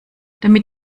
damit